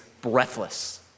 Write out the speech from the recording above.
breathless